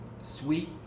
sweet